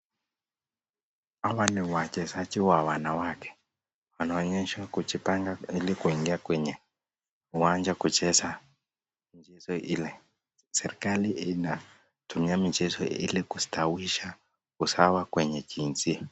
Hawa ni wachezaji wa wanawake. Wanaonyeshwa kujipanga ili kuingia kwenye uwanja kucheza mchezo ile. Serikali inatumia michezo ile ili kustawisha usawa kwenye jinsia.